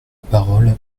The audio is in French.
parole